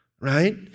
right